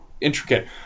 intricate